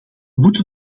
moeten